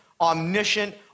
omniscient